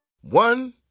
One